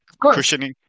cushioning